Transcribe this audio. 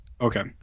Okay